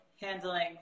Handling